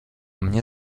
mnie